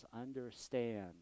understand